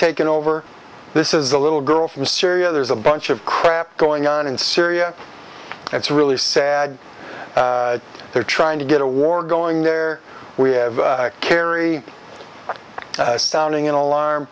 taken over this is the little girl from syria there's a bunch of crap going on in syria it's really sad they're trying to get a war going there we have kerry sounding an alarm